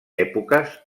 èpoques